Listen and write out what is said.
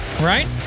right